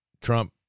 Trump